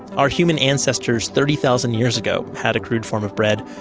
our human ancestors thirty thousand years ago had a crude form of bread.